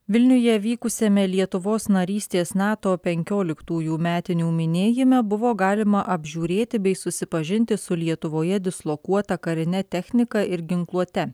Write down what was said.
vilniuje vykusiame lietuvos narystės nato penkioliktųjų metinių minėjime buvo galima apžiūrėti bei susipažinti su lietuvoje dislokuota karine technika ir ginkluote